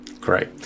Great